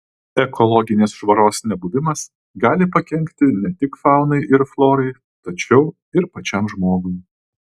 ekologinės švaros nebuvimas gali pakenkti ne tik faunai ir florai tačiau ir pačiam žmogui